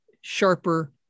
sharper